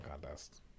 contest